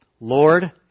Lord